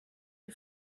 you